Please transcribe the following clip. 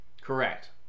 correct